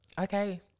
Okay